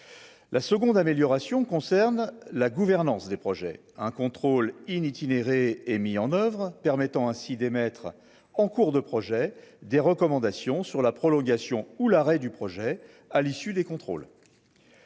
La seconde amélioration concerne la gouvernance des projets, un contrôle inutile éré et mis en oeuvre, permettant ainsi d'émettre en cours de projet, des recommandations sur la prolongation ou l'arrêt du projet à l'issue des contrôles.